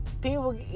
People